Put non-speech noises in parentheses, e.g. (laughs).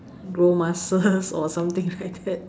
grow muscles or something like that (laughs)